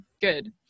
good